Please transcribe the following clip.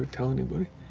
um tell anybody.